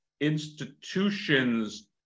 institutions